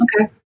Okay